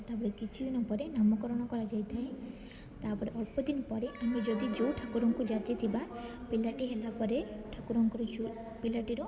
ତାପରେ କିଛି ଦିନ ପରେ ନାମକରଣ କରାଯାଇଥାଏ ତାପରେ ଅଳ୍ପ ଦିନ ପରେ ଆମେ ଯଦି ଯେଉଁ ଠାକୁରଙ୍କୁ ଯାଚିଥିବା ପିଲାଟି ହେଲା ପରେ ଠାକୁରଙ୍କର ଯୋ ପିଲାଟିର